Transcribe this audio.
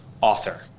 author